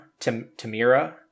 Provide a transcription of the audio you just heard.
Tamira